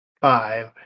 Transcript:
Five